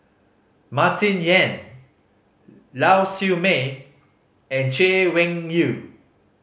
Martin Yan Lau Siew Mei and Chay Weng Yew